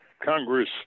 Congress